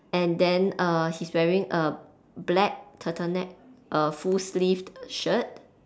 and then err he's wearing a black turtleneck a full sleeved shirt